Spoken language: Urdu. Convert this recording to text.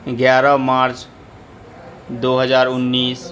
گیارہ مارچ دو ہزار انیس